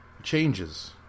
changes